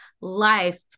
life